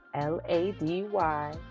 L-A-D-Y